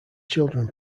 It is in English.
children